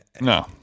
no